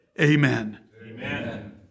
amen